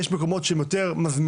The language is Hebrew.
יש מקומות שהם יותר מזמינים,